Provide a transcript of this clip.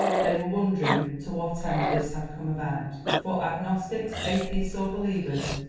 they were wondering to what end this had come about. for, agnostics, atheists or believers,